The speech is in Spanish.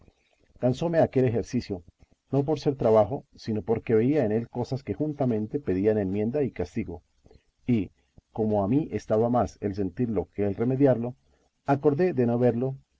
cansóme aquel ejercicio no por ser trabajo sino porque veía en él cosas que juntamente pedían enmienda y castigo y como a mí estaba más el sentillo que el remediallo acordé de no verlo